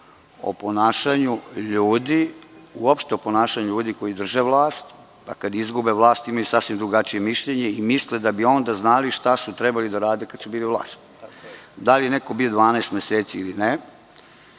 Ja sam govorio uopšte o ponašanju ljudi koji drže vlast, pa kada izgube vlast imaju sasvim drugačije mišljenje i misle da bi onda znali šta su trebali da rade kada su bili vlast. Da li je neko bio 12 meseci ili ne